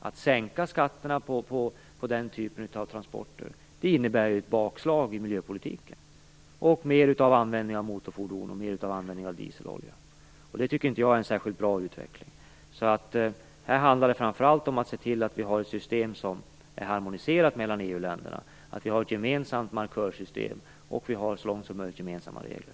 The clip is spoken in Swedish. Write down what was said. Att sänka skatterna på den här typen av transporter innebär ju ett bakslag i miljöpolitiken och mer användning av motorfordon och dieselolja. Det tycker inte jag är en särskilt bra utveckling. Här handlar det framför allt om att se till att vi har ett system som är harmoniserat mellan EU-länderna, att vi har ett gemensamt markörsystem och att vi så långt möjligt har gemensamma regler.